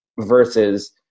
versus